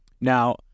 Now